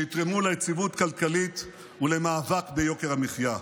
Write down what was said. שיתרמו ליציבות כלכלית ולמאבק ביוקר המחיה.